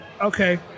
Okay